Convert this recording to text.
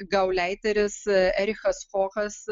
gauleiteris erichas fochas